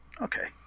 Okay